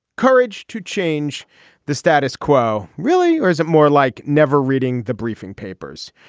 courage to change the status quo, really? or is it more like never reading the briefing papers?